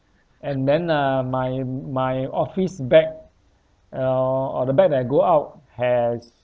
and then uh my my office bag uh or or the bag that I go out has